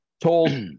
told